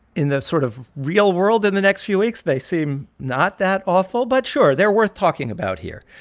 in the sort of real world in the next few weeks, they seem not that awful. but sure, they're worth talking about here.